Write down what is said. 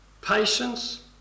patience